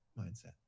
mindset